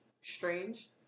strange